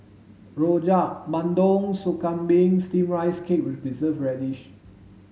Rojak Bandung Soup Kambing steamed rice cake with preserved radish